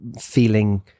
feeling